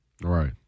Right